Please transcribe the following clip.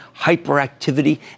hyperactivity